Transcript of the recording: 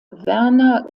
werner